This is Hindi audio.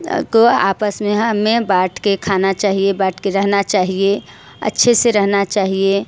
को आपस में हमें बांट के खाना चाहिए बांट के रहना चाहिए अच्छे से रहना चाहिए